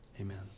amen